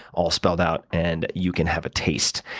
all spelled out and you can have a taste.